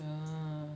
ya